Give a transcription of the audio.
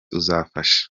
uzafasha